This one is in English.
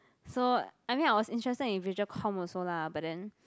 so I mean I was interested in visual comm also lah but then